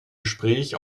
gespräch